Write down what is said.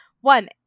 One